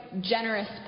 generous